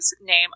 name